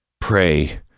Pray